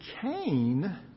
Cain